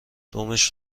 دمش